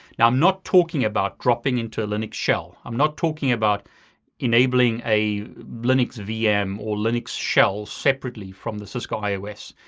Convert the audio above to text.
now, i'm not talking about dropping into linux shell. i'm not talking about enabling a linux vm or linux shell separately from the cisco ios.